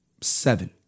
Seven